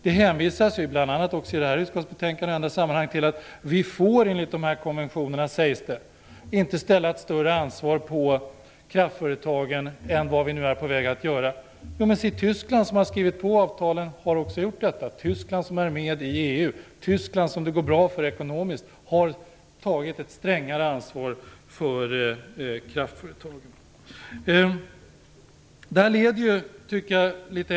Det sägs bl.a. i utskottsbetänkandet och i andra sammanhang att vi enligt konventionerna inte får lägga ett större ansvar på kraftföretagen än vad vi nu är på väg att göra. Men Tyskland, som har skrivit på avtalen, har gjort detta. Tyskland är med i EU. Tyskland, som det går bra för ekonomiskt, har lagt ett strängare ansvar på kraftföretagen. Fru talman!